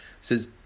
Says